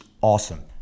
awesome